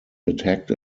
attacked